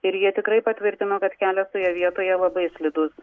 ir jie tikrai patvirtino kad kelias toje vietoje labai slidus